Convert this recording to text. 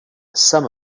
some